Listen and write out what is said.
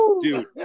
Dude